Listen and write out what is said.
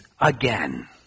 again